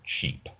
cheap